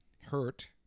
hurt